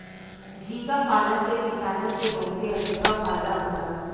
झींगा पालन से किसानन के बहुते अधिका फायदा होला